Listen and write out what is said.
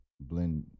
blend